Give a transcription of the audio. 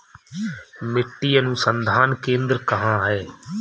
मिट्टी अनुसंधान केंद्र कहाँ है?